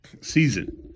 season